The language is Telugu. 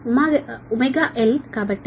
ωl కాబట్టి కిలో మీటరుకు 1